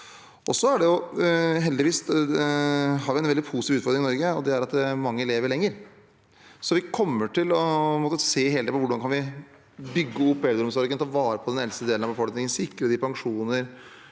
Heldigvis har vi en veldig positiv utfordring i Norge, og det er at mange lever lenger. Vi kommer til å måtte se helhetlig på hvordan vi kan bygge opp eldreomsorgen, ta vare på den eldste delen av befolkningen, sikre dem pensjoner,